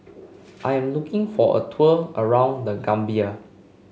I'm looking for a tour around The Gambia